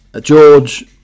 George